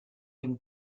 dem